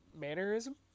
mannerism